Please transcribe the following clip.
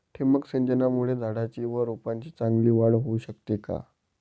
ठिबक सिंचनामुळे झाडाची व रोपांची चांगली वाढ होऊ शकते का?